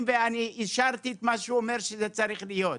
ואני אישרתי את מה שהוא אומר שזה צריך להיות,